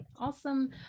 awesome